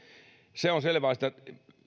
se on selvä asia että